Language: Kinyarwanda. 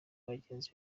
bagenzi